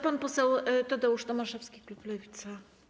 Pan poseł Tadeusz Tomaszewski, klub Lewica.